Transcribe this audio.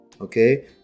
Okay